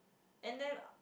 and then